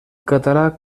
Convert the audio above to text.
català